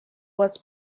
was